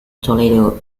toledo